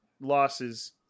losses